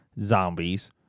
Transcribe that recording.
zombies